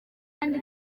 uyu